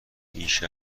بیش